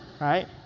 right